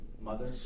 mother